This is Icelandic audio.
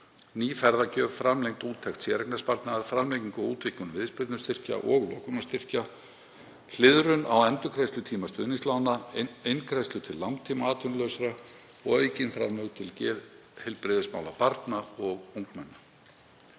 ný ferðagjöf, framlengd úttekt séreignarsparnaðar, framlenging og útvíkkun viðspyrnustyrkja og lokunarstyrkja, hliðrun á endurgreiðslutíma stuðningslána, eingreiðsla til langtímaatvinnulausra og aukin framlög til geðheilbrigðismála barna og ungmenna.